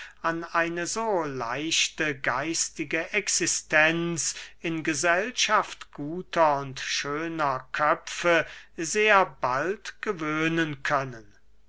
an eine so leichte geistige existenz in gesellschaft guter und schöner köpfe sehr bald gewöhnen können